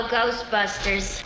Ghostbusters